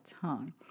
tongue